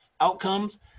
outcomes